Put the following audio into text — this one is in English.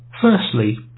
Firstly